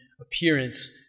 appearance